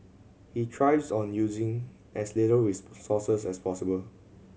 he thrives on using as little resources as possible